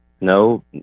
no